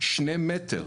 שני מטר.